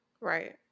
Right